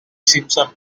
simpson